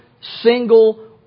single